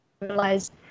realized